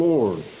Lord